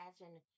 imagine